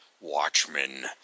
Watchmen